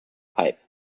pipe